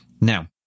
Now